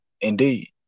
indeed